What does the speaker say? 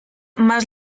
más